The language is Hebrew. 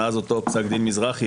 מאז אותו פסק דין מזרחי,